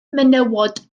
menywod